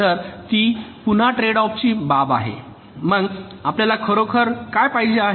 तर ती पुन्हा ट्रेड ऑफ ची बाब आहे मग आपल्याला खरोखर काय पाहिजे आहे